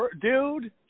Dude